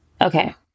Okay